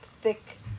thick